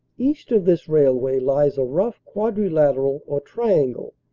east of this railway lies a rough quadrilateral or triangle,